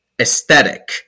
aesthetic